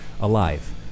alive